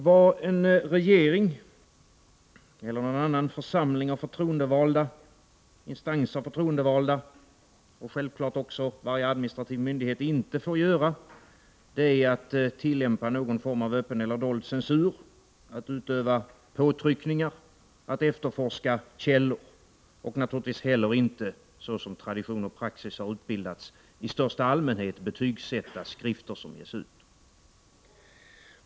Vad en regering eller en annan instans av förtroendevalda — och självfallet också varje administrativ myndighet — inte får göra är att tillämpa någon form av öppen eller dold censur, att utöva påtryckningar eller att efterforska källor — och naturligtvis får man heller inte, såsom tradition och praxis har utbildats i största allmänhet, betygsätta skrifter som ges ut.